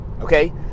Okay